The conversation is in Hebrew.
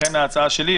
לכן ההצעה שלי,